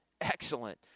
excellent